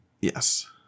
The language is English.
Yes